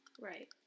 Right